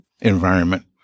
environment